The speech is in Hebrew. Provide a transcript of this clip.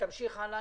תמשיך הלאה.